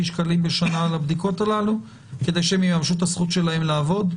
שקלים בשנה על הבדיקות הללו כדי שהם יממשו את הזכות שלהם לעבוד?